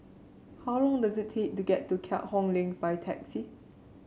how long does it take to get to Keat Hong Link by taxi